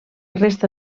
resta